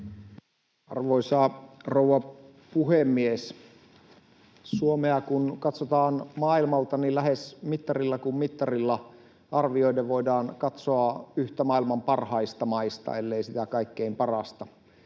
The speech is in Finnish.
Arvoisa rouva puhemies! Suomea kun katsotaan maailmalta, niin lähes mittarilla kuin mittarilla arvioiden voidaan katsoa yhtä maailman parhaista maista, ellei sitä kaikkein parasta.